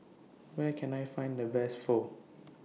Where Can I Find The Best Pho